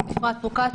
אני אפרת פרוקציה,